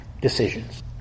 decisions